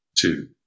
Two